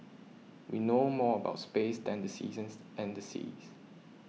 we know more about space than the seasons and the seas